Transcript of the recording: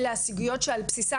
אלה הסוגיות שעל בסיסן,